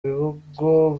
bihugu